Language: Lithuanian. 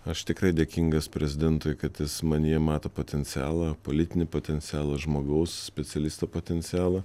aš tikrai dėkingas prezidentui kad jis manyje mato potencialą politinį potencialą žmogaus specialisto potencialą